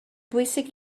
bwysig